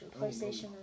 Playstation